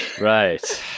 Right